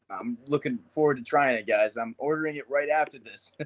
i'm looking forward to trying it, guys, i'm ordering it right after this.